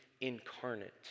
incarnate